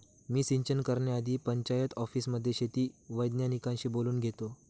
मी सिंचन करण्याआधी पंचायत ऑफिसमध्ये शेती वैज्ञानिकांशी बोलून घेतो